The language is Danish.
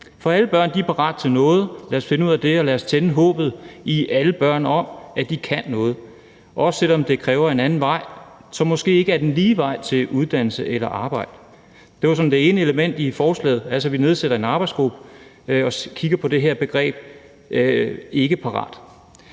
Lad os finde ud af det, og lad os tænde håbet i alle børn om, at de kan noget, også selv om det kræver en anden vej, som måske ikke er den lige vej, til uddannelse eller arbejde. Det er sådan det ene element i forslaget, altså forslaget om, at vi nedsætter en arbejdsgruppe og ser på det her begreb »ikkeparat«.